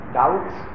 doubts